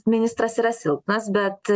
ministras yra silpnas bet